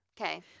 Okay